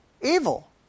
evil